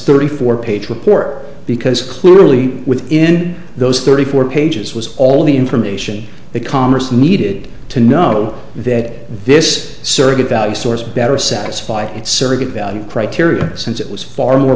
thirty four page report because clearly within those thirty four pages was all the information the commerce needed to know that this surrogate value source better satisfied its value criteria since it was far more